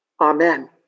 Amen